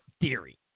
theory